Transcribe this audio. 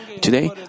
Today